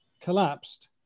collapsed